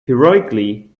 heroically